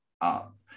up